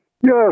Yes